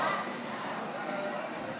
להעביר לוועדה את הצעת חוק השתלת איברים (תיקון,